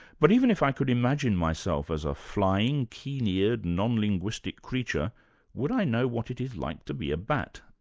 but even if i could imagine myself as a flying keen eared non-linguistic creature would i know what it is like to be a bat?